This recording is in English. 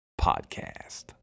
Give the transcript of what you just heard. Podcast